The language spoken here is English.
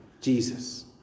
Jesus